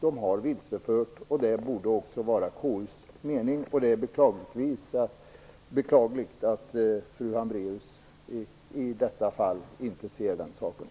De har vilsefört folket, och det borde också vara KU:s mening. Det är beklagligt att fru Hambraeus i detta fall inte ser det.